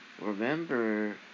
Remember